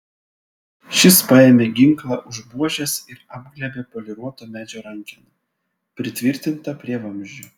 šis paėmė ginklą už buožės ir apglėbė poliruoto medžio rankeną pritvirtintą prie vamzdžio